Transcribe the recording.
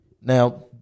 Now